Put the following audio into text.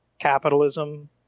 capitalism